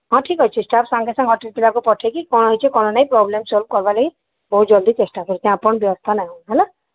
ହଁ ଠିକ୍ ଅଛି ଷ୍ଟାଫ୍ ସାଙ୍ଗେ ସାଙ୍ଗେ ହୋଟେଲ୍ ପିଲାକୁ ପଠେଇକି କ'ଣ ହୋଇଛି କ'ଣ ନାଇଁ ପ୍ରୋବ୍ଲେମ୍ ସଲ୍ଭ କରିବା ଲାଗି ବହୁତ ଜଲ୍ଦି ଚେଷ୍ଟା କରିବି ଆପଣ ବ୍ୟସ୍ତ ନା ହୁଅ ହେଲା